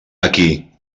aquí